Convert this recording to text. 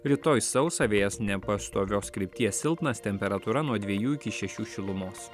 rytoj sausa vėjas nepastovios krypties silpnas temperatūra nuo dviejų iki šešių šilumos